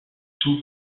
tout